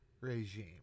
regime